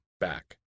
back